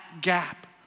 gap